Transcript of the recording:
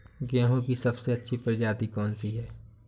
गेहूँ की सबसे अच्छी प्रजाति कौन सी है?